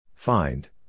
Find